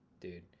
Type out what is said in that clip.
Dude